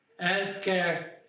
healthcare